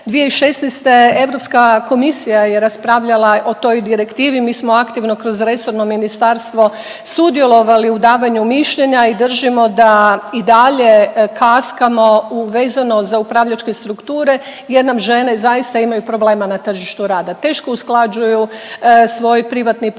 2016. Europska komisija je raspravljala o toj direktivi. Mi smo aktivno kroz resorno ministarstvo sudjelovali u davanju mišljenja i držimo da i dalje kaskamo vezano za upravljačke strukture jer nam žene zaista imaju problema na tržištu rada. Teško usklađuju svoj privatni i poslovni